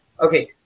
Okay